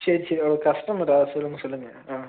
சரி சரி ஓ கஸ்டமரா சொல்லுங்க சொல்லுங்க ஆ